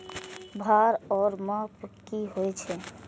भार ओर माप की होय छै?